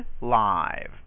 live